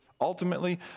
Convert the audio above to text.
ultimately